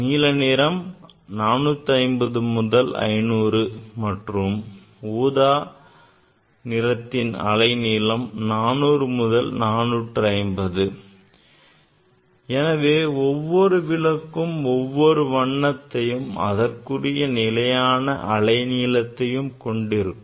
நீல நிறம் 450 to 500 மற்றும் ஊதா நிறத்தின் அலைநீளம் 400 to 450 எனவே ஒவ்வொரு விளக்கும் ஒவ்வொரு வண்ணத்தையும் அதற்குரிய நிலையான அலை நீளத்தையும் கொண்டிருக்கும்